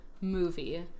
movie